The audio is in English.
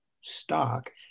stock